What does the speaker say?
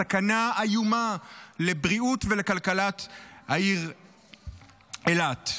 סכנה איומה לבריאות ולכלכלת העיר אילת.